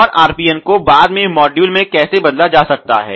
और RPN को बाद में मॉड्यूल में कैसे बदला जा सकता है